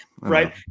right